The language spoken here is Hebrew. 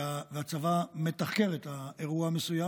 הצבא מתחקר את האירוע המסוים,